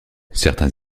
certains